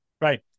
Right